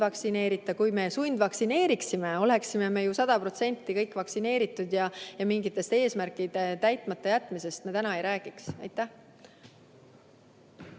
sundvaktsineerita. Kui me sundvaktsineeriksime, oleksime 100% kõik vaktsineeritud ja mingite eesmärkide täitmata jätmisest me täna ei räägiks. Aitäh!